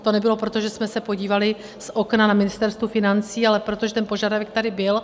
To nebylo proto, že jsme se podívali z okna na Ministerstvu financí, ale protože ten požadavek tady byl.